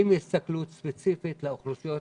עם הסתכלות ספציפית לאוכלוסיות